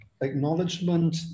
acknowledgement